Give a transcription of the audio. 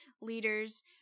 leaders